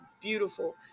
beautiful